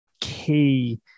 key